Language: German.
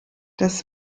das